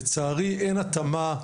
לצערי, אין התאמה,